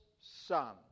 son